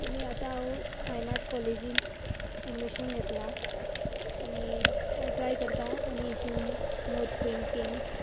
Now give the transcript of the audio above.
आनी आतां हांव फायन आर्ट कॉलेजीन एडमिशन घेतला आनी हांव ट्राय करता आनी अशी मोर पेंटिंग्स